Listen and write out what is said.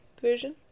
version